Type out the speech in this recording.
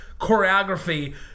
choreography